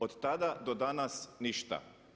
Od tada do danas ništa.